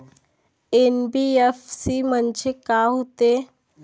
NBFC म्हणजे का होते?